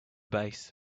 base